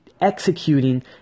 executing